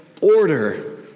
Order